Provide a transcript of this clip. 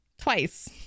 Twice